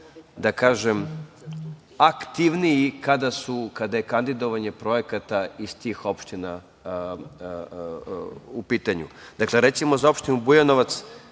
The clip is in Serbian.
da kažem aktivniji, kada je kandidovanje projekata iz tih opština u pitanju. Dakle, recimo za opštinu Bujanovac,